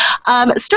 Start